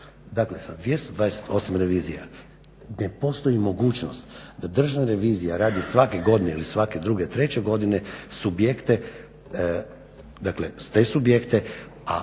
Dakle sa 228 revizora ne postoji mogućnost da Državna revizija radi svake godine ili svake druge, treće godine subjekte te subjekte, a